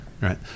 Right